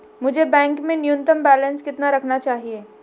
मुझे बैंक में न्यूनतम बैलेंस कितना रखना चाहिए?